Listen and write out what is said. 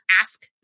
ask